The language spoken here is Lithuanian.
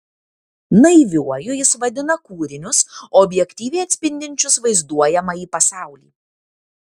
naiviuoju jis vadina kūrinius objektyviai atspindinčius vaizduojamąjį pasaulį